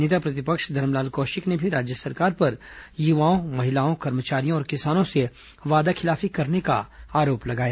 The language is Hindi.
नेता प्रतिपक्ष धरमलाल कौशिक ने भी राज्य सरकार पर युवाओं महिलाओं कर्मचारियों और किसानों से वादाखिलाफी करने का आरोप लगाया